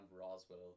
Roswell